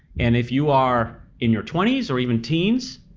and if you are in your twenty s or even teens,